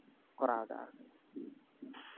ᱠᱚᱨᱟᱣᱮᱫᱟ ᱟᱨᱠᱤ